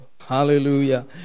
Hallelujah